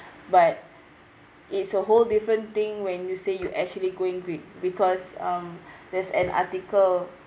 but it's a whole different thing when you say you actually going green because um there's an article